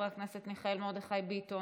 חבר הכנסת מיכאל מרדכי ביטון,